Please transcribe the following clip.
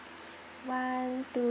one two